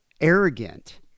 arrogant